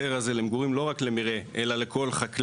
באותן תוכניות ישנות ההיתר הזה למגורים ניתן לא רק למרעה אלא לכל חקלאי.